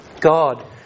God